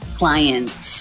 clients